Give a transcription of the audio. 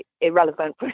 irrelevant